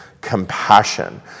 compassion